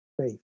faith